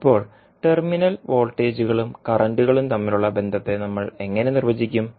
ഇപ്പോൾ ടെർമിനൽ വോൾട്ടേജുകളും കറന്റുകളും തമ്മിലുള്ള ബന്ധത്തെ നമ്മൾ എങ്ങനെ നിർവചിക്കും